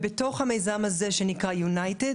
בתוך המיזם הזה שנקרא Unit-Ed